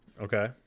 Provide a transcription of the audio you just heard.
Okay